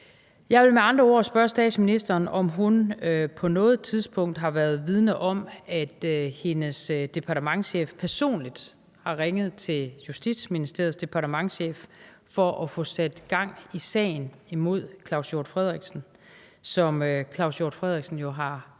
Jeg vil med andre ord spørge statsministeren, om hun på noget tidspunkt har været vidende om, at hendes departementschef personligt har ringet til Justitsministeriets departementschef for at få sat gang i sagen mod Claus Hjort Frederiksen, hvilket han jo har nævnt